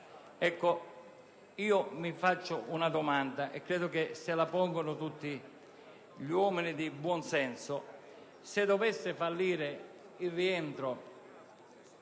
scudo. Io mi pongo una domanda, e credo se la pongano tutti gli uomini di buon senso: se dovesse fallire il rientro